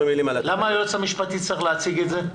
למה היועץ המשפטי צריך להציג את זה?